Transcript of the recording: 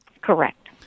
Correct